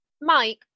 Mike